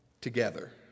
together